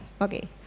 okay